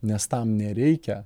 nes tam nereikia